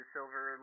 Silver